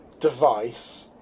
device